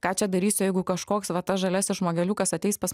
ką čia darysiu jeigu kažkoks va tas žalias žmogeliukas ateis pas